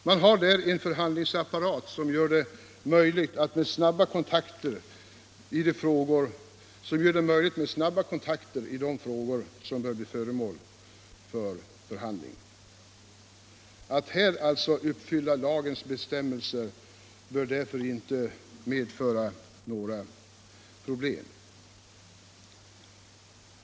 Man har där en förhandlingsapparat, som möjliggör snabba kontakter i de frågor som bör bli föremål för förhandling. Att här uppfylla lagens bestämmelser bör alltså inte medföra några problem.